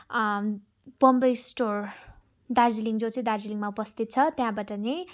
Bombay store Darjeeling जो चाहिँ दार्जिलिङमा उपस्थित छ त्यहाँबाट नै